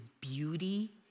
beauty